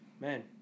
Man